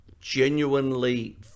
genuinely